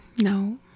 no